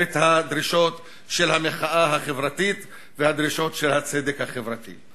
את הדרישות של המחאה החברתית ואת הדרישות של הצדק החברתי.